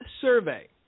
survey